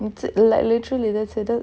little இல்ல:illa little இத செய்து:itha seithu